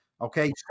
okay